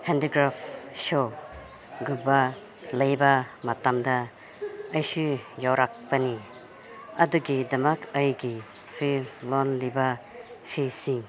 ꯍꯦꯟꯗꯤꯀ꯭ꯔꯥꯐꯁꯨ ꯒꯨꯝꯕ ꯂꯩꯕ ꯃꯇꯝꯗ ꯑꯩꯁꯨ ꯌꯥꯎꯔꯛꯄꯅꯤ ꯑꯗꯨꯒꯤꯗꯃꯛ ꯑꯩꯒꯤ ꯐꯤ ꯂꯣꯜꯂꯤꯕ ꯐꯤꯁꯤꯡ